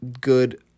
good